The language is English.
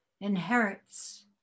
inherits